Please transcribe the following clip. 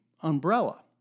umbrella